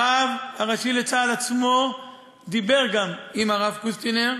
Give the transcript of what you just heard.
הרב הראשי לצה"ל עצמו דיבר גם עם הרב קוסטינר,